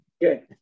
good